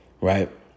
Right